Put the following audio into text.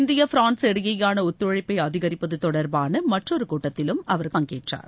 India France இடையேயான ஒத்துழைப்பை அதிகரிப்பது தொடர்பான மற்றொரு கூட்டத்திலும் அவர் பங்கேற்றார்